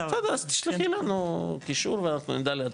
בסדר, אז תשלחי לנו קישור ואנחנו נדע להדפיס.